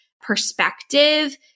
perspective